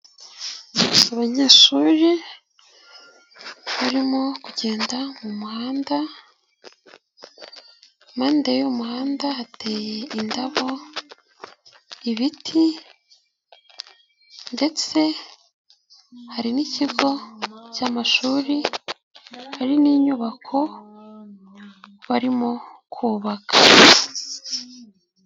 Abanyeshuri barimo kugenda mumuhanda, impande y'uwo muhanda hateye indabo, ibiti, ndetse hari n'ikigo cy'amashuri, hari n'inyubako barimo kubaka.